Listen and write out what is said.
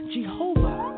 Jehovah